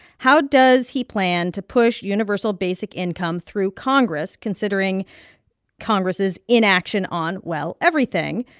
how does he plan to push universal basic income through congress considering congress' inaction on, well, everything?